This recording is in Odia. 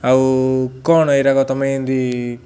ଆଉ କ'ଣ ଏଇଗୁଡ଼ାକ ତମେ ଏମିତି